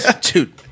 Dude